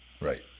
Right